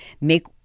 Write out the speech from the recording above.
make